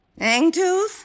hangtooth